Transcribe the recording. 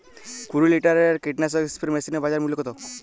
কুরি লিটারের কীটনাশক স্প্রে মেশিনের বাজার মূল্য কতো?